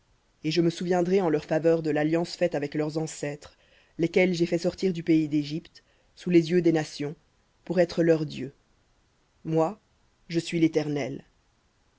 et je me souviendrai en leur faveur de l'alliance faite avec leurs ancêtres lesquels j'ai fait sortir du pays d'égypte sous les yeux des nations pour être leur dieu moi je suis l'éternel